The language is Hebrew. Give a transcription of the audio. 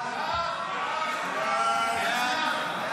סעיף 1 נתקבל.